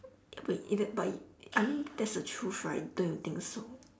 wait is tha~ but it I mean that's the truth right don't you think also